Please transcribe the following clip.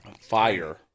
Fire